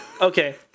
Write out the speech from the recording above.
Okay